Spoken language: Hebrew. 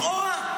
לכאורה.